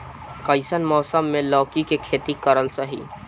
कइसन मौसम मे लौकी के खेती करल सही रही?